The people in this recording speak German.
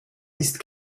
ist